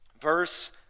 verse